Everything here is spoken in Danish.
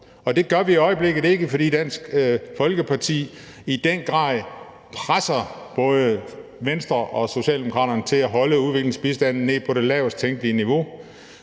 giver vi i øjeblikket ikke, fordi Dansk Folkeparti i den grad presser både Venstre og Socialdemokraterne til at holde udviklingsbistanden nede på det lavest tænkelige niveau.